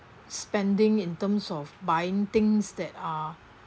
spending in terms of buying things that are